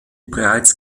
bereits